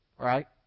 right